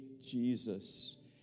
Jesus